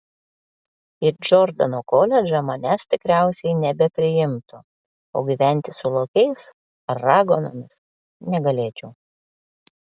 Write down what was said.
į džordano koledžą manęs tikriausiai nebepriimtų o gyventi su lokiais ar raganomis negalėčiau